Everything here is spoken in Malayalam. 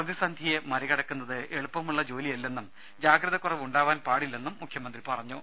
പ്രതിസന്ധിയെ മറികടക്കുന്നത് എളുപ്പ ജോലിയല്ലെന്നും ജാഗ്രതക്കുറവ് ഉണ്ടാവാൻ പാടില്ലെന്നും മുഖ്യമന്ത്രി പറഞ്ഞു